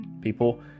People